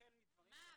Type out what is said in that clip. החל מדברים --- מה,